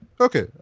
Okay